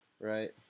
Right